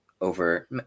over